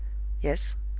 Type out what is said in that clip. yes.